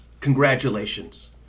congratulations